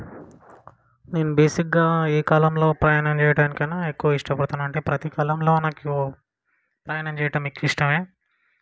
నేను బేసిక్గా ఏ కాలంలో ప్రయాణం చేయడానికైనా ఎక్కువ ఇష్టపడతాను అంటే ప్రతి కాలంలో నాకు ప్రయాణం చేయడం ఎక్కువ ఇష్టమే